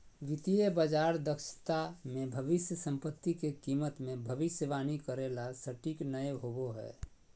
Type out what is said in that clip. वित्तीय बाजार दक्षता मे भविष्य सम्पत्ति के कीमत मे भविष्यवाणी करे ला सटीक नय होवो हय